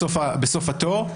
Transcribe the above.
בסוף התור,